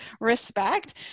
respect